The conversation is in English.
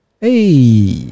Hey